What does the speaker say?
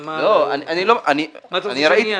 מה אתה רוצה שאני אעשה?